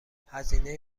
هزینه